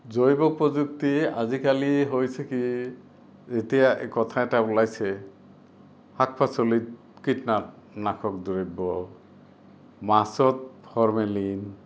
জৈৱ প্ৰযুক্তি আজিকালি হৈছে কি এতিয়া কথা এটা ওলাইছে শাক পাচলিত কীটনাশক দ্ৰব্য মাছত ফৰ্মেলিন